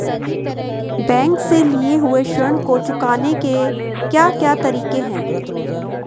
Bank से लिए हुए ऋण को चुकाने के क्या क्या तरीके हैं?